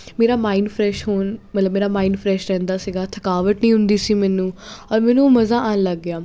ਮੇਰਾ mind fresh ਹੋਣ ਮਤਲਬ ਮੇਰਾ ਮਾਈਂਡ ਫਰੈਸ਼ ਰਹਿੰਦਾ ਸੀਗਾ ਥਕਾਵਟ ਨਹੀਂ ਹੁੰਦੀ ਸੀ ਮੈਨੂੰ ਔਰ ਮੈਨੂੰ ਮਜ਼ਾ ਆਉਣ ਲੱਗ ਗਿਆ